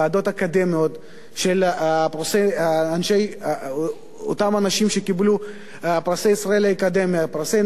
ועדות אקדמיות של אותם אנשים מהאקדמיה שקיבלו פרסי ישראל,